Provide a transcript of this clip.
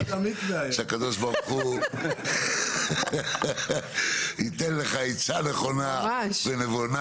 שהקדוש ברוך הוא ייתן לך עצה נכונה ונבונה.